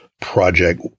project